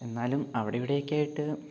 എന്നാലും അവിടിവിടെ ഒക്കെയായിട്ട്